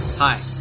Hi